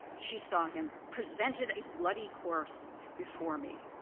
she saw him, presented a bloody course before me.